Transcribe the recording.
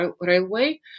Railway